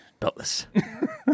Beltless